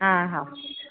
हा हा